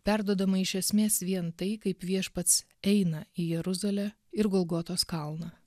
perduodama iš esmės vien tai kaip viešpats eina į jeruzalę ir golgotos kalną